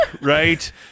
Right